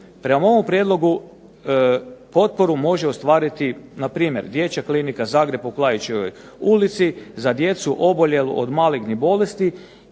Prema ovom prijedlogu potporu može ostvariti npr. dječja klinika Zagreb u Klaićevoj ulici za djecu oboljelu od malignih bolesti